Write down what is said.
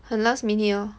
很 last minute hor